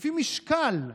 לפי משקל.